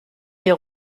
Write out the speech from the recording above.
les